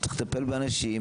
צריך לטפל באנשים,